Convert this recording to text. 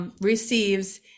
receives